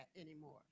anymore